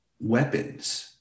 weapons